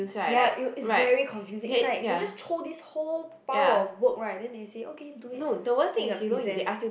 ya it it's very confusing it's like they just throw this whole pile of work right then they say okay do it and then gotta present